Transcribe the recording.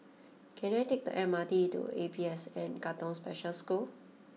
can I take the M R T to A P S N Katong Special School